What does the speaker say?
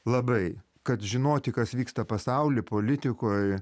labai kad žinoti kas vyksta pasauly politikoj